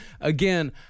Again